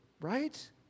right